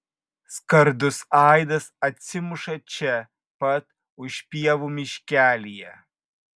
skardus aidas atsimuša čia pat už pievų miškelyje